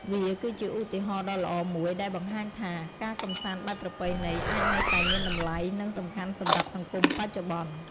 វាគឺជាឧទាហរណ៍ដ៏ល្អមួយដែលបង្ហាញថា ការកម្សាន្តបែបប្រពៃណីអាចនៅតែមានតម្លៃ និងសំខាន់សម្រាប់សង្គមបច្ចុប្បន្ន។